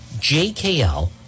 JKL